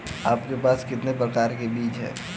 आपके पास कितने प्रकार के बीज हैं?